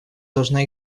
должна